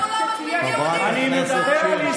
אתה עכשיו קראת לנו מתייוונים או שזה רק נדמה לי?